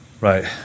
Right